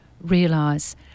realise